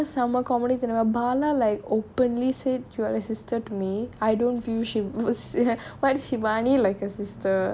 summer comedy பண்ணாங்க:pannaanga bala like openly said you're a sister to me I don't view shi~ vis~ [what] shivani like a sister